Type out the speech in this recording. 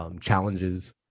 Challenges